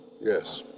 Yes